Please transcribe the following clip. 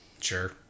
sure